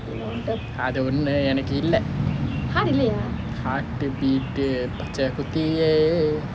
அது ஒன்னு எனக்கு இல்லை:athu onnu enakku illai heart beat பச்சை குத்தியே:pachai kuthiye